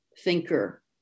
thinker